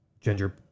Ginger